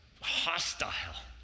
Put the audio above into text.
hostile